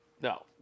No